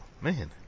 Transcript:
Man